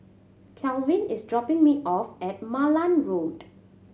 Kalvin is dropping me off at Malan Road